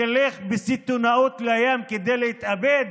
נלך בסיטונאות לים כדי להתאבד